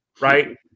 right